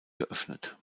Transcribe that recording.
geöffnet